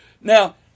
Now